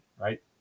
right